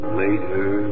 later